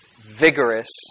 vigorous